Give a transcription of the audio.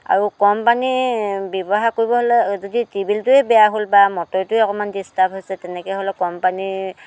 আৰু কম পানী ব্যৱহাৰ কৰিব হ'লে যদি টিউবেলটোৱে বেয়া হ'ল বা মটৰটোৱে অকণমান ডিৰ্ষ্টাব হৈছে তেনেকৈ হ'লে কম পানী